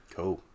Cool